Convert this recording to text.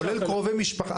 זה כולל קרובי משפחה?